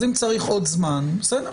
אז אם צריך עוד זמן, בסדר.